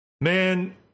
Man